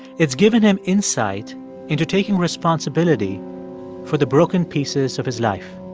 it's given him insight into taking responsibility for the broken pieces of his life